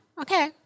okay